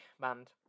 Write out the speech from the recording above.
Band